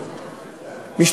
שלי,